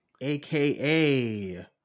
aka